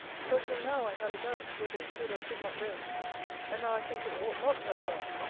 for, till now, i had a doubt, whether it should or should not go and now i think it ought not to have gone.